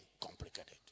complicated